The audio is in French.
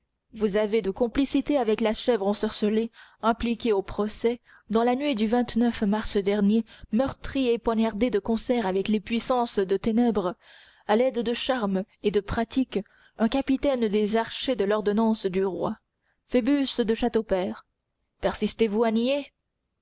vous avez de complicité avec la chèvre ensorcelée impliquée au procès dans la nuit du mars dernier meurtri et poignardé de concert avec les puissances de ténèbres à l'aide de charmes et de pratiques un capitaine des archers de l'ordonnance du roi phoebus de